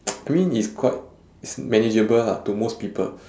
I mean it's quite it's manageable lah to most people